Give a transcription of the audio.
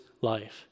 life